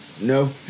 No